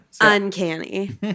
Uncanny